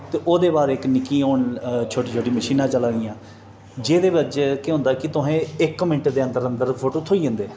ते ओह्दे बाद इक कि निक्की हून छोटी छोटी मशीनां चला दियां जेह्दे बाजै केह् होंदा कि तुहें इक मिनट दे अंदर अंदर फोटो थ्होई जंदे